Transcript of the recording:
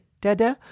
Dada